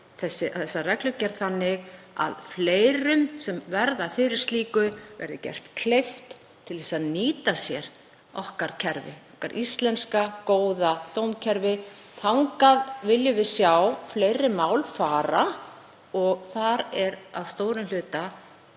þessa reglugerð þannig að fleirum sem verða fyrir slíku verði gert kleift að nýta sér okkar íslenska, góða dómskerfi. Þangað viljum við sjá fleiri mál fara og þar eru að stórum hluta